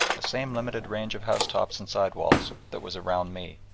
the same limited range of housetops and sidewalls, that was around me.